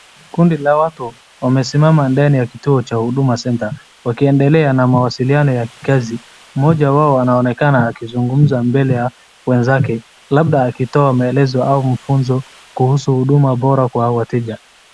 Kundi la watu wamesimama ndani ya kituo cha huduma centre wakiendelea na mawasiliano ya kikazi, mmoja wao anaonekana akizungumza mbele ya wenzake, labda akitoa maelezo au mfunzo kuhusu huduma bora kwa wateja.